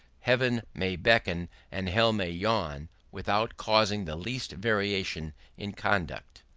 heaven may beckon and hell may yawn without causing the least variation in conduct.